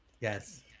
Yes